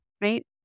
right